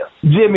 Jimmy